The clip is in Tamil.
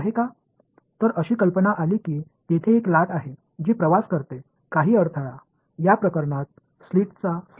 எனவே இந்த விஷயத்தில் அலை தடைகளைத் தாக்கி அது பிளவு அடையும் அங்கு உருவாக்கப்படும் இரண்டாம் நிலை அலைகள் உள்ளன